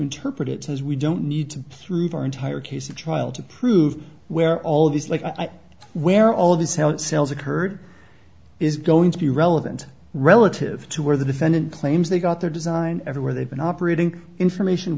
interpret it as we don't need to through our entire case to trial to prove where all these like i where all of us how it sells occurred is going to be relevant relative to where the defendant claims they got their design every where they've been operating information